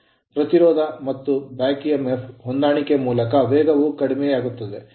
ಪ್ರತಿರೋಧ ಮತ್ತು back emf ಹಿಂಭಾಗದ ಎಮ್ಫ್ ಹೊಂದಾಣಿಕೆ ಮೂಲಕ ವೇಗವು ಕಡಿಮೆಯಾಗುತ್ತದೆ